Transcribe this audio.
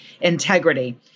integrity